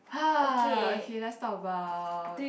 ah okay let's talk about